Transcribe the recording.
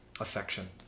affection